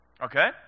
okay